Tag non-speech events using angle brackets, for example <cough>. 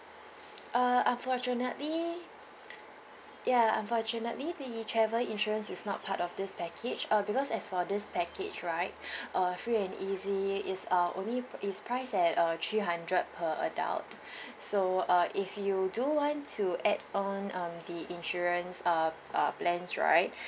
uh unfortunately ya unfortunately the travel insurance is not part of this package uh because as for this package right <breath> uh free and easy is uh only is priced at uh three hundred per adult <breath> so uh if you do want to add on um the insurance uh uh plans right